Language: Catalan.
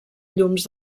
llums